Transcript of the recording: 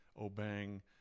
obeying